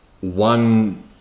one-